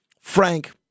Frank